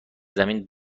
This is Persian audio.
زمین